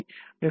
அது எஸ்